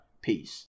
peace